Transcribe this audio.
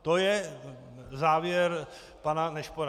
To je závěr pana Nešpora.